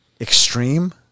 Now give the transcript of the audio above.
extreme